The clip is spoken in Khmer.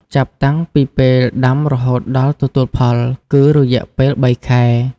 ចាប់តាំងពីពេលដាំរហូតដល់ទទួលផល គឺរយៈពេល៣ខែ ។